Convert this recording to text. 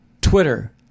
Twitter